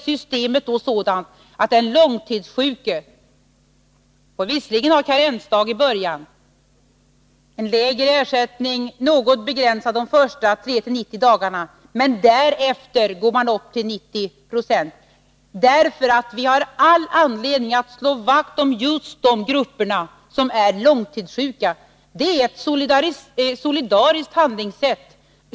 Systemet är då sådant att den långtidssjuke visserligen har karensdagar i början och en ersättning som är något begränsad från tredje till nittionde dagen, men därefter går ersättningen upp till 90 96. Vi har all anledning att slå vakt just om de långtidssjuka. Regeringsförslaget är uttryck för ett solidariskt handlingssätt.